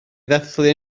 ddathlu